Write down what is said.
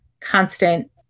constant